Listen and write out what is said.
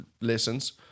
lessons